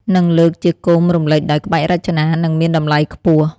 និងលើកជាគោមរំលេចដោយក្បាច់រចនា និងមានតម្លៃខ្ពស់។